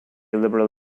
liberal